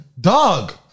dog